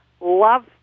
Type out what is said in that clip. love